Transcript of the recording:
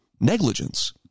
negligence